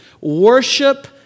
worship